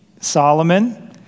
Solomon